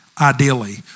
ideally